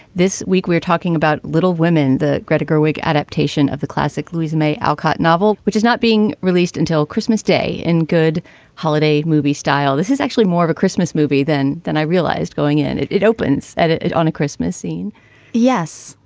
this week, we're talking about little women, the greta gerwig adaptation of the classic louisa may alcott novel, which is not being released until christmas day in good holiday movie style. this is actually more of a christmas movie than than i realized going in. it opens at it on a christmas scene yes.